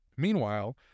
Meanwhile